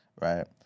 right